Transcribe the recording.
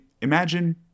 Imagine